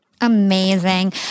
Amazing